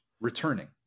returning